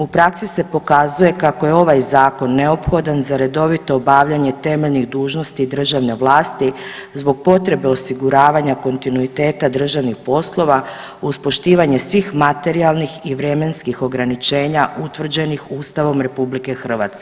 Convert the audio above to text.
U praksi se pokazuje kako je ovaj zakon neophodan za redovito obavljanje temeljnih dužnosti državne vlasti zbog potrebe osiguravanja kontinuiteta državnih poslova uz poštivanje svih materijalnih i vremenskih ograničenja utvrđenih Ustavom RH.